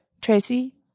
Tracy